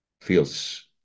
feels